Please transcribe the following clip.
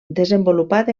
desenvolupat